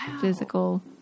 physical